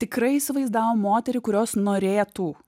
tikrai įsivaizdavo moterį kurios norėtų